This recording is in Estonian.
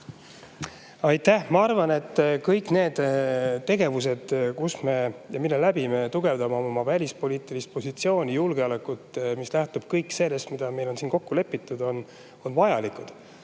Aitäh! Ma arvan, et kõik need tegevused, mille kaudu me tugevdame oma välispoliitilist positsiooni, julgeolekut ja mis lähtuvad kõik sellest, mis meil siin on kokku lepitud, on vajalikud.